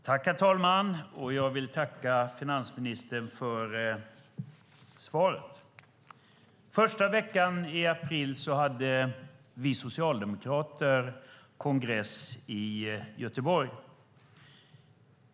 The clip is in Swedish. Herr talman! Jag vill tacka finansministern för svaret. Första veckan i april hade vi socialdemokrater kongress i Göteborg.